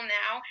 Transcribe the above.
now